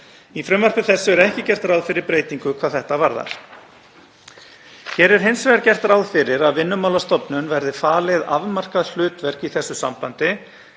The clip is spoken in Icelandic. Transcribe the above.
Í frumvarpi þessu er ekki er gert ráð fyrir breytingu hvað þetta varðar. Hér er hins vegar gert ráð fyrir að Vinnumálastofnun verði falið afmarkað hlutverk í þessu sambandi